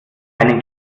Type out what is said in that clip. einen